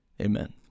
Amen